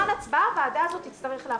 בזמן הצבעה במליאה הוועדה הזאת תצטרך להפסיק.